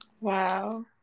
Wow